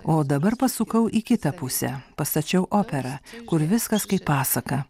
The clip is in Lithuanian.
o dabar pasukau į kitą pusę pastačiau operą kur viskas kaip pasaka